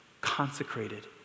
consecrated